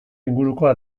ingurukoa